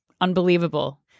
unbelievable